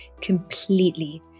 completely